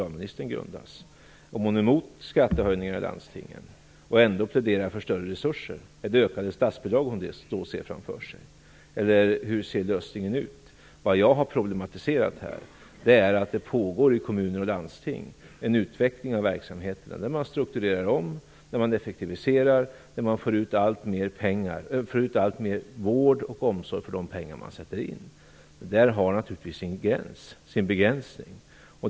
Jag undrar om fru Lindblad - om hon är emot skattehöjningar i landstingen och ändå pläderar för större resurser - ser ett ökat statsbidrag framför sig. Eller hur ser lösningen ut? Jag har problematiserat att det i kommuner och landsting pågår en utveckling av verksamheten. Man strukturerar om, effektiviserar och får ut alltmer vård och omsorg för de pengar som man sätter in. Detta har naturligtvis sin begränsning.